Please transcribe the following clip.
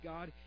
God